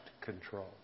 control